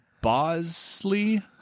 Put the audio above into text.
Bosley